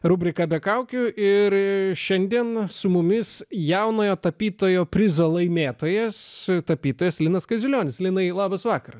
rubriką be kaukių ir šiandien su mumis jaunojo tapytojo prizo laimėtojas tapytojas linas kaziulionis linai labas vakaras